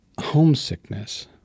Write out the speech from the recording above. Homesickness